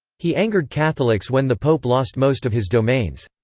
he angered catholics when the pope lost most of his domains.